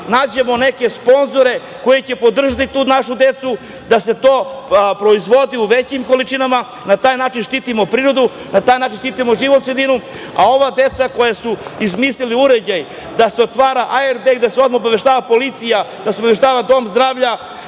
nađemo neke sponzore koji će podržati tu našu decu da se to proizvodi u većim količinama. Na taj način štitimo prirodu, štitimo životnu sredinu. Deca koja su izmislila ovaj uređaj koji se ugrađuje u airbeg, da se odmah obaveštava policija, da se obaveštava dom zdravlja